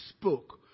spoke